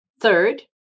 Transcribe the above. Third